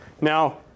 Now